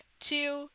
two